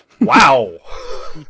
Wow